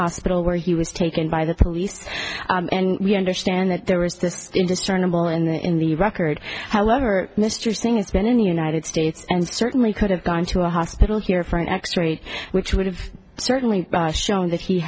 hospital where he was taken by the police and we understand that there is this indestructible and in the record however mr singh has been in the united states and certainly could have gone to a hospital here for an x ray which would have certainly shown that he